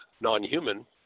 non-human